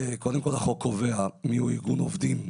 קובע מיהו ארגון עובדים,